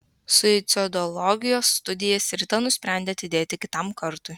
suicidologijos studijas rita nusprendė atidėti kitam kartui